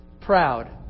proud